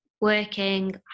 working